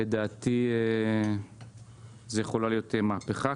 לדעתי, זאת יכולה להיות מהפכה.